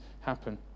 happen